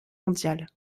mondiale